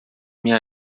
minha